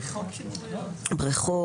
בריכות,